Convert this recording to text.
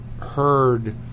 heard